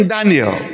Daniel